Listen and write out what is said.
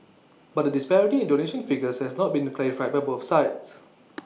but the disparity in donation figures has not been clarified by both sides